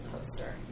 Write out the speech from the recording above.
poster